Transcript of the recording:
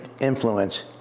influence